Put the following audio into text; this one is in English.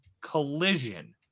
collision